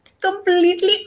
completely